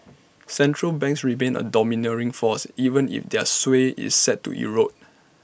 central banks remain A domineering force even if their sway is set to erode